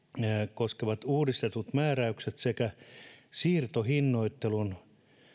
koskevat uudistetut määräykset sekä siirtohinnoittelun